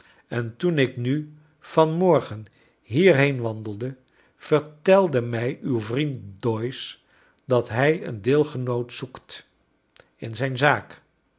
en toen ik nu van morgen hierheen i wandeide vertelde mij uw vriend doyce dat hij een deelgenoot zoekt in zijn zaak